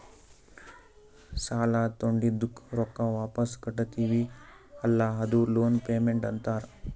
ಸಾಲಾ ತೊಂಡಿದ್ದುಕ್ ರೊಕ್ಕಾ ವಾಪಿಸ್ ಕಟ್ಟತಿವಿ ಅಲ್ಲಾ ಅದೂ ಲೋನ್ ಪೇಮೆಂಟ್ ಅಂತಾರ್